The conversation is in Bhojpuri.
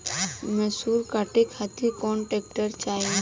मैसूर काटे खातिर कौन ट्रैक्टर चाहीं?